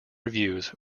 reviews